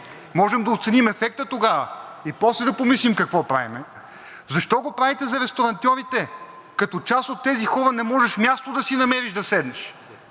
можем да оценим ефекта тогава и после да помислим какво правим, защо го правите за ресторантьорите, като при част от тези хора не можеш място да си намериш да седнеш,